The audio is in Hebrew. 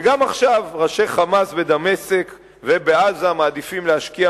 וגם עכשיו ראשי "חמאס" בדמשק ובעזה מעדיפים להשקיע